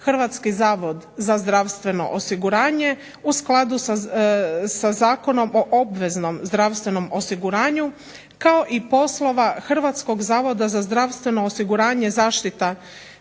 Hrvatski zavod za zdravstveno osiguranje u skladu sa Zakonom o obveznom zdravstvenom osiguranju kao i poslova Hrvatskog zavoda za zdravstveno osiguranje zaštite